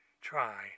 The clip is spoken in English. try